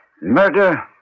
Murder